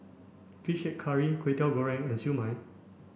fish head curry Kway Teow Goreng and Siew Mai